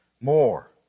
More